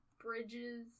bridges